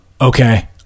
okay